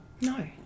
No